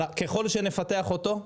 ככל שנפתח אותו,